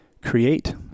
create